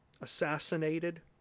assassinated